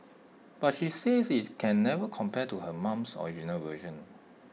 but she says IT can never compare to her mum's original version